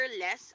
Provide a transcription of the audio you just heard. less